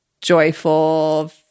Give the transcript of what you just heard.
joyful